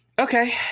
Okay